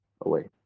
away